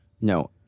no